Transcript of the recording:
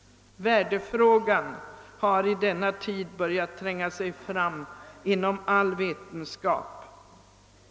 Värdefrågan har i denna tid börjat tränga sig fram inom all vetenskap.